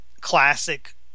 classic